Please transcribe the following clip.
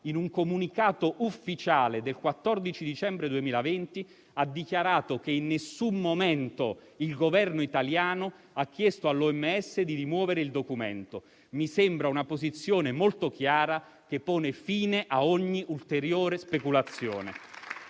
in un comunicato ufficiale del 14 dicembre 2020, ha dichiarato che in nessun momento il Governo italiano ha chiesto all'OMS di rimuovere il documento. Mi sembra una posizione molto chiara, che pone fine a ogni ulteriore speculazione.